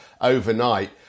overnight